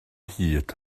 hyd